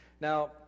Now